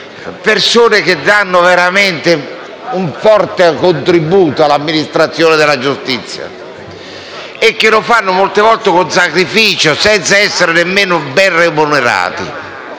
persone che danno un forte contributo all'amministrazione della giustizia, e lo fanno, molte volte, con sacrificio e senza essere neanche ben remunerati.